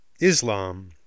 Islam